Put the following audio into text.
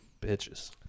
Bitches